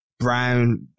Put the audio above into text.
Brown